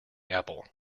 apple